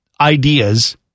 ideas